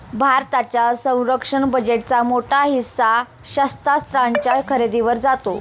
भारताच्या संरक्षण बजेटचा मोठा हिस्सा शस्त्रास्त्रांच्या खरेदीवर जातो